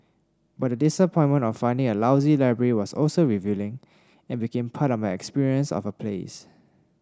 but the disappointment of finding a lousy library was also revealing and became part of my experience of a place